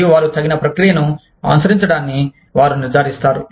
మరియు వారు తగిన ప్రక్రియను అనుసరించటాన్ని వారు నిర్ధారిస్తారు